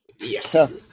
Yes